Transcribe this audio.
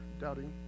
Doubting